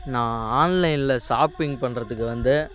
நான் ஆன்லைனில் ஷாப்பிங் பண்ணுறதுக்கு வந்து